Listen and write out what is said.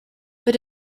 but